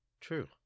True